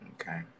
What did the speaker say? Okay